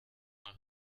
nach